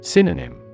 Synonym